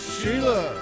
Sheila